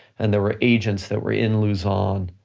and there were agents that were in luzon,